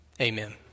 amen